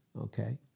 Okay